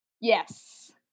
Yes